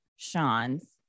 Sean's